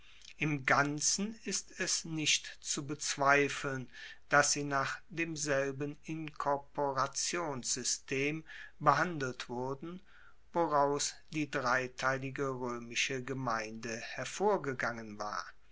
im ganzen ist es nicht zu bezweifeln dass sie nach demselben inkorporationssystem behandelt wurden woraus die dreiteilige roemische gemeinde hervorgegangen war